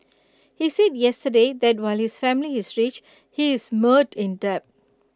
he said yesterday that while his family is rich he is mired in debt